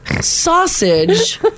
sausage